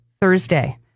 Thursday